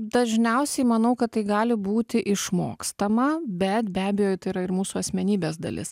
dažniausiai manau kad tai gali būti išmokstama bet be abejo tai yra ir mūsų asmenybės dalis